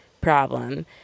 problem